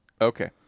Okay